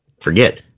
forget